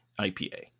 IPA